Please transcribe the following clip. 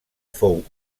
fou